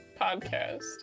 podcast